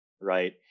right